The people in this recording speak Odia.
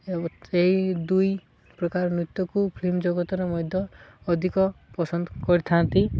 ଏବଂ ଏହିଇ ଦୁଇ ପ୍ରକାର ନୃତ୍ୟକୁ ଫିଲ୍ମ ଜଗତରେ ମଧ୍ୟ ଅଧିକ ପସନ୍ଦ କରିଥାନ୍ତି